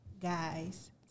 guys